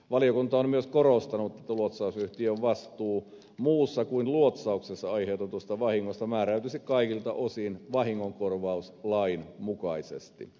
valiokunta on myös korostanut että luotsausyhtiön vastuu muussa kuin luotsauksessa aiheutetusta vahingosta määräytyisi kaikilta osin vahingonkorvauslain mukaisesti